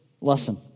lesson